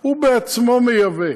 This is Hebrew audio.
הוא עצמו מייבא.